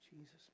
Jesus